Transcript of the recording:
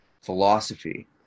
philosophy